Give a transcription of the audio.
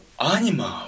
animal